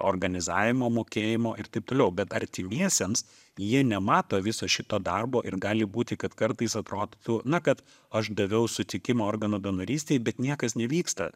organizavimo mokėjimo ir taip toliau bet artimiesiems jie nemato viso šito darbo ir gali būti kad kartais atrodytų na kad aš daviau sutikimą organų donorystei bet niekas nevyksta